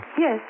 Yes